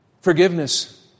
Forgiveness